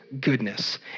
goodness